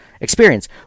experience